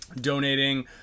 donating